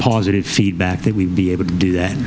positive feedback that we be able to do that